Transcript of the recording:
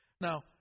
Now